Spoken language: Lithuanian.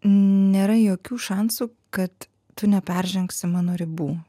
nėra jokių šansų kad tu neperžengsi mano ribų